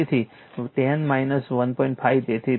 તેથી 10 1